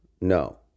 no